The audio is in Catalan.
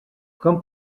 com